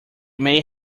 may